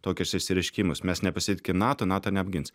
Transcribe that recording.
tokius išsireiškimus mes nepasitikim nato nato neapgins